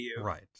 Right